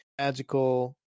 magical